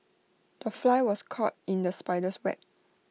the fly was caught in the spider's web